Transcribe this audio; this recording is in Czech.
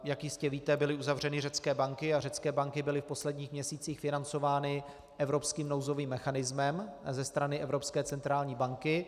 Jak jistě víte, byly uzavřeny řecké banky a řecké banky byly v posledních měsících financovány evropským nouzovým mechanismem ze strany Evropské centrální banky.